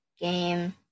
game